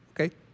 Okay